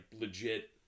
legit